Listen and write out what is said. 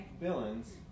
villains